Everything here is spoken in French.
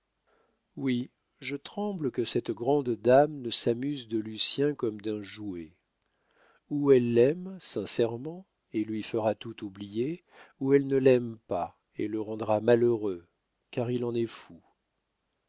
oui je tremble que cette grande dame ne s'amuse de lucien comme d'un jouet ou elle l'aime sincèrement et lui fera tout oublier ou elle ne l'aime pas et le rendra malheureux car il en est fou